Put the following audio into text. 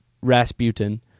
Rasputin